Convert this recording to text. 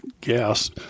gas